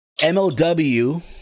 MLW